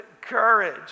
courage